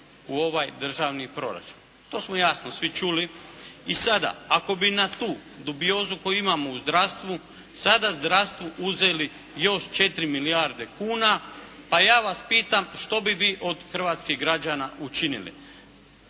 u ovaj Državni proračun. To smo jasno svi čuli. I sada ako bi na tu dubiozu koju imamo u zdravstvu, sada zdravstvu uzeli još 4 milijarde kuna, pa ja vas pitam što bi vi od hrvatskih građana učinili?